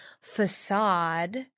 facade